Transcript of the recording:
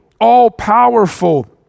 all-powerful